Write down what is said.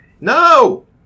No